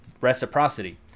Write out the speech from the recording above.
reciprocity